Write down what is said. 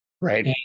right